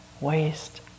waste